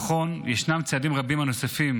נכון, ישנם צעדים רבים נוספים